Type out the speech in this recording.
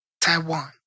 taiwan